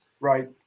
Right